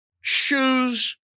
Shoes